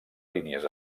línies